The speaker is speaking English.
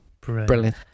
Brilliant